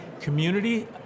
Community